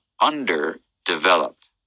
underdeveloped